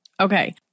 Okay